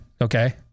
Okay